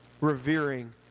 Revering